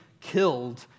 killed